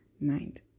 mind